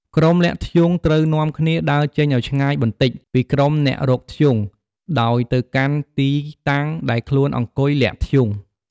ក្រុមលាក់ធ្យូងត្រូវនាំគ្នា ដើរចេញឲ្យឆ្ងាយបន្តិច ពីក្រុមអ្នករកធ្យូង ដោយទៅកាន់ទីតាំងដែលខ្លួនអង្គុយលាក់ធ្យូង។